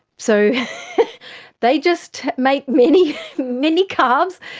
so they just make many many calves,